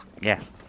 Yes